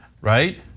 right